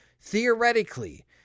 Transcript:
Theoretically